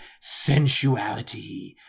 sensuality